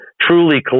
truly